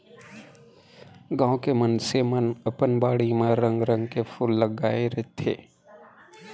गॉंव के मनसे मन अपन बाड़ी म रंग रंग के फूल लगाय रथें